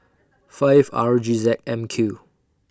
five R G Z M Q